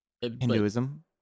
hinduism